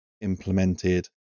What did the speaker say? implemented